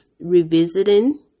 revisiting